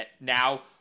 now